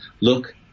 look